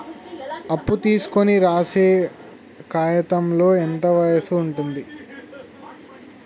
అప్పు తీసుకోనికి రాసే కాయితంలో ఎంత వయసు ఉంటది?